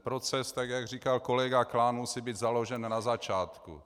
Proces, tak jak říkal kolega Klán, musí být založen na začátku.